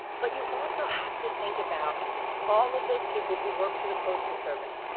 but you also have to think about all of those people who work for the postal service,